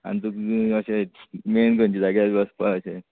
आनी तुमी अशे मेन खंयचा जाग्यार बी वसपा अशे